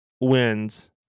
wins